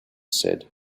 said